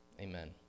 Amen